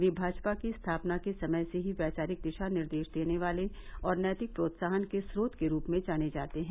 वे भाजपा की स्थापना के समय से ही वैचारिक दिशा निर्देश देने वाले और नैतिक प्रोत्साहन के स्रोत के रूप में जाने जाते हैं